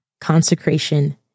consecration